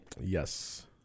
Yes